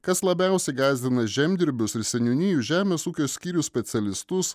kas labiausiai gąsdina žemdirbius ir seniūnijų žemės ūkio skyrių specialistus